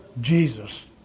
Jesus